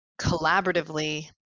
collaboratively